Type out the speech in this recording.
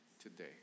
today